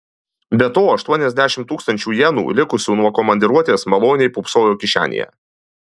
be to aštuoniasdešimt tūkstančių jenų likusių nuo komandiruotės maloniai pūpsojo kišenėje